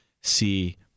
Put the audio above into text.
see